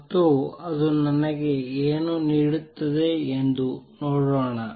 ಮತ್ತು ಅದು ನನಗೆ ಏನು ನೀಡುತ್ತದೆ ಎಂದು ನೋಡೋಣ